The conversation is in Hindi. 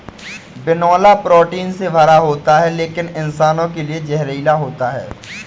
बिनौला प्रोटीन से भरा होता है लेकिन इंसानों के लिए जहरीला होता है